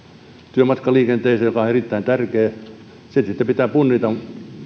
työmatkaliikenteeseen joka on erittäin tärkeä se tietenkin pitää punnita